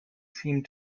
seemed